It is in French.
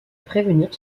prévenir